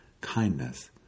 kindness